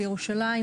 בירושלים,